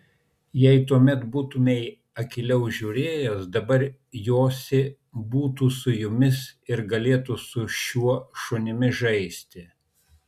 jei tuomet būtumei akyliau žiūrėjęs dabar josi būtų su mumis ir galėtų su šiuo šunimi žaisti